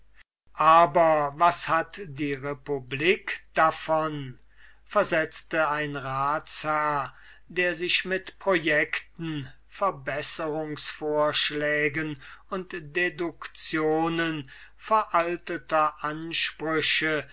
aber was hat die republik davon versetzte ein ratsherr der sich mit projecten verbesserungsvorschlägen und deductionen veralteter ansprüche